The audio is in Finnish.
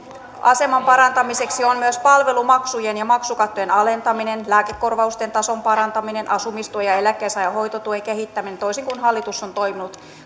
aseman parantamiseksi on myös palvelumaksujen ja maksukattojen alentaminen lääkekorvausten tason parantaminen asumistuen ja ja eläkkeensaajan hoitotuen kehittäminen toisin kuin hallitus on toiminut